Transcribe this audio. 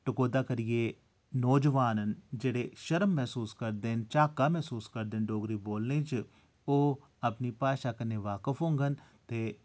टकोह्दा करियै नौजोआन न जेह्ड़े शर्म मसूस करदे न झाका मसूस करदे न डोगरी बोलने च ओह् अपनी भाशा कन्नै वाकफ होङन ते